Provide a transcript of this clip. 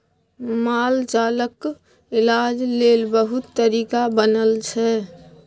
मालजालक इलाज लेल बहुत तरीका बनल छै